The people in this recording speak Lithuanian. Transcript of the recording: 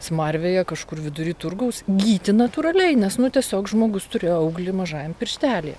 smarvėje kažkur vidury turgaus gyti natūraliai nes nu tiesiog žmogus turėjo auglį mažajam pirštelyje